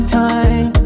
time